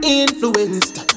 influenced